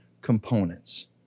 components